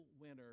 winner